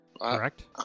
correct